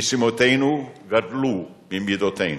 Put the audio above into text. משימותינו גדלו ממידותינו.